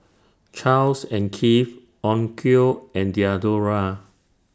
Charles and Keith Onkyo and Diadora